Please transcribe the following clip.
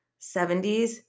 70s